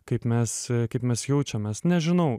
kaip mes kaip mes jaučiamės nežinau